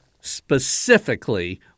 specifically